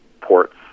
ports